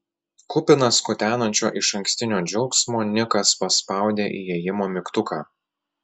kupinas kutenančio išankstinio džiaugsmo nikas paspaudė įėjimo mygtuką